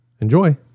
Enjoy